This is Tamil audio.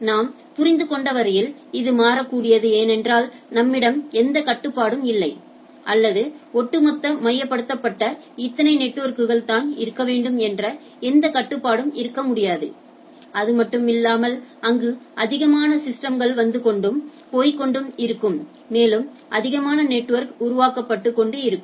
நாம் புரிந்து கொண்ட வரையில் இது டைனமிக் ஏனென்றால் நம்மிடம் எந்த கட்டுப்பாடும் இல்லை அல்லது ஒட்டுமொத்த மையப்படுத்தப்பட்ட இத்தனை நெட்வொர்க்குகள் தான் இருக்க வேண்டும் என்ற எந்த கட்டுப்பாடும் இருக்க முடியாது அதுமட்டுமில்லாமல் அங்கு அதிகமான சிஸ்டங்கள் வந்து கொண்டும் போய்க் கொண்டும் இருக்கும் மேலும் அதிகமான நெட்வொர்க் உருவாக்கப்பட்டு கொண்டு இருக்கும்